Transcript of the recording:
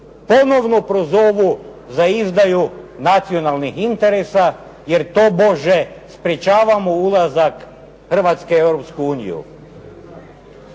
ponovno prozovu za izdaju nacionalnih interesa, jer tobože sprečavamo ulazak Hrvatske u Europsku uniju.